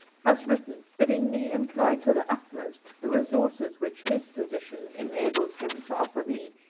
has written, bidding me employ to the utmost the resources which his position enables him to offer me,